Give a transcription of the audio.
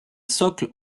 socle